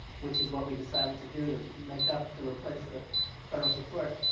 which is what we decided to do to make up to replace the federal support,